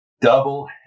Double